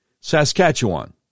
Saskatchewan